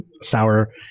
sour